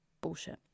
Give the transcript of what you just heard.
Bullshit